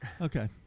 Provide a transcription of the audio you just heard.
Okay